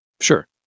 Sure